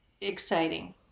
exciting